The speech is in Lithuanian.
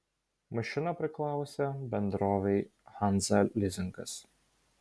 mašina priklausė bendrovei hansa lizingas